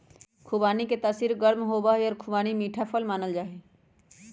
खुबानी के तासीर गर्म होबा हई और खुबानी मीठा फल मानल जाहई